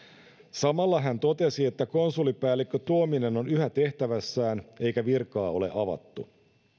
samalla hän totesi että konsulipäällikkö tuominen on yhä tehtävässään eikä virkaa ole avattu